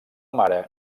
mare